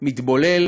מתבולל